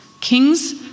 Kings